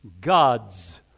God's